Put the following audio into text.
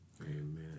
Amen